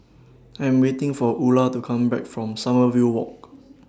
I Am waiting For Ula to Come Back from Sommerville Walk